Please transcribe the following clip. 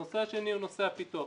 הנושא השני הוא נושא הפיתוח.